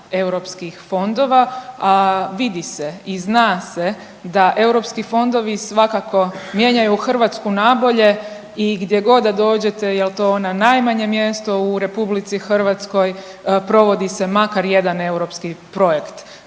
europskih fondova, a vidi se i zna se da europski fondovi svakako mijenjaju Hrvatsku nabolje i gdje god da dođete jel to na najmanje mjesto u RH provodi se makar jedan europski projekt.